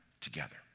together